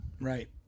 Right